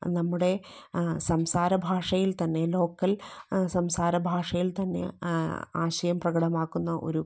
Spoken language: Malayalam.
നമ്മുടെ സംസാരഭാഷയിൽ തന്നെ ലോക്കൽ സംസാര ഭാഷയിൽ തന്നെ ആശയം പ്രകടമാക്കുന്ന ഒരു